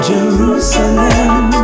Jerusalem